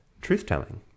truth-telling